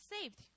saved